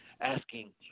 Asking